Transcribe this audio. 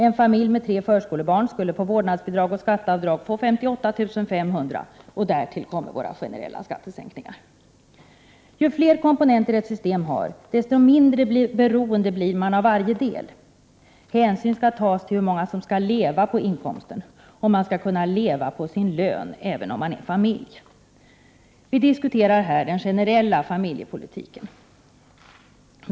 En familj med tre förskolebarn skulle via vårdnadsbidrag och skatteavdrag få 58 500 kr. Därtill kommer våra generella skattesänkningar. Ju fler komponenter ett system består av, desto mindre beroende blir man av varje del. Hänsyn skall tas till hur många som skall leva på inkomsten. 61 Prot. 1988/89:118 Man skall kunna leva på sin lön — även om man har familj. Vi diskuterar nu den generella familjepolitiken.